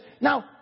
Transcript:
now